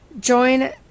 Join